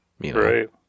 Right